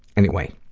anyway,